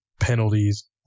Penalties